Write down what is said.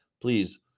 please